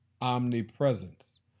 omnipresence